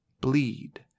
bleed